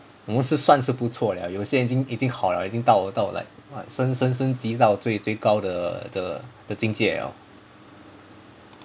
我们是算是不错了有些人人已经好了已经到了到了 like 升升升级到最最高的的的境界了